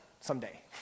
someday